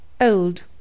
Old